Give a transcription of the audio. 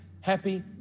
happy